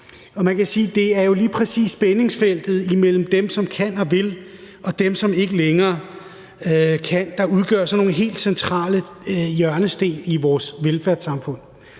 at det lige præcis er spændingsfeltet mellem dem, som kan og vil, og dem, som ikke længere kan, der udgør sådan nogle helt centrale hjørnesten i vores velfærdssamfund.